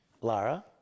Lara